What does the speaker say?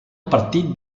partit